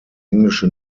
englische